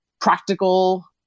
practical